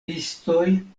listoj